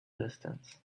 distance